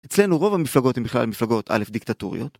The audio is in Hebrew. אצלנו רוב המפלגות הם בכלל מפלגות א' דיקטטוריות.